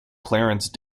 clarence